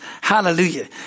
Hallelujah